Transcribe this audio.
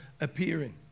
appearing